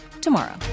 tomorrow